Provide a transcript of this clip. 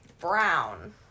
Brown